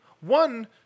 one